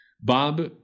Bob